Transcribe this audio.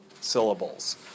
syllables